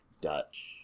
Dutch